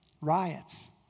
riots